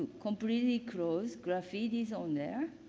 completely closed, graffiti is on there.